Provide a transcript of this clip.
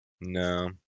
No